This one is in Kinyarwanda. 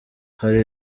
hari